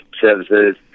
services